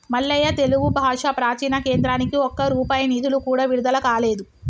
మల్లయ్య తెలుగు భాష ప్రాచీన కేంద్రానికి ఒక్క రూపాయి నిధులు కూడా విడుదల కాలేదు